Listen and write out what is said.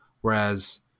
whereas